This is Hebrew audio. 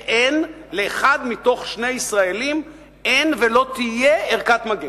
שלאחד מתוך שני ישראלים אין ולא תהיה ערכת מגן.